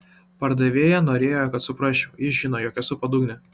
pardavėja norėjo kad suprasčiau ji žino jog esu padugnė